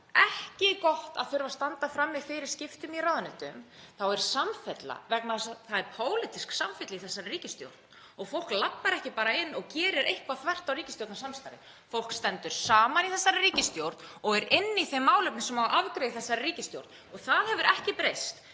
ekki gott að þurfa að standa frammi fyrir skiptum í ráðuneytum þá er samfella. Það er pólitísk samfella í þessari ríkisstjórn og fólk labbar ekki bara inn og gerir eitthvað þvert á ríkisstjórnarsamstarfið. Fólk stendur saman í þessari ríkisstjórn og er inni í þeim málefnum sem á að afgreiða í þessari ríkisstjórn og það hefur ekki breyst